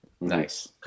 nice